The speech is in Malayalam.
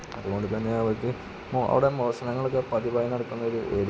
അതുകൊണ്ട് തന്നെയവര്ക്ക് അവിടെ മോഷണങ്ങളൊക്കെ പതിവായി നടക്കുന്നൊരേരിയയാണ്